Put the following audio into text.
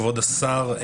כבוד השר,